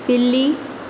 بلی